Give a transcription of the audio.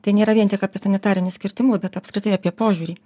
tai nėra vien tik apie sanitarinius kirtimus bet apskritai apie požiūrį